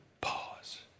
pause